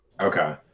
okay